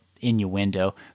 innuendo